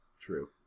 True